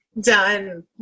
Done